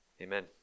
Amen